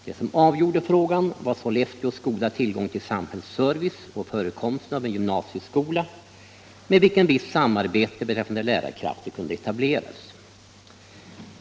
Det som avgjorde frågan var Sollefteås goda tillgång till samhällsservice och förekomsten av en gymnasieskola med vilken visst samarbete beträffande lärarkrafter kunde etableras.